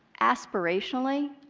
aspirationally,